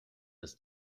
dass